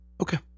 Okay